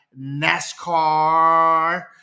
NASCAR